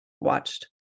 watched